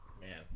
Man